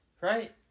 right